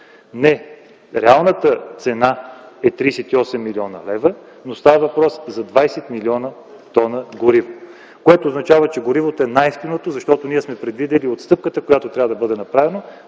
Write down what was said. лв., реалната цена от 38 млн. лв., но става въпрос за 20 млн. тона гориво, което означава, че горивото е най-евтиното, защото ние сме предвидили отстъпката, която трябва да бъде направена,